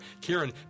Karen